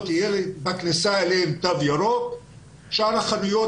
שבכניסה אליהן יהיה תו ירוק ושאר החנויות,